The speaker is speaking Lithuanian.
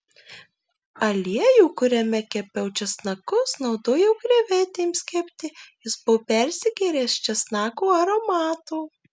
aliejų kuriame kepiau česnakus naudojau krevetėms kepti jis buvo persigėręs česnako aromato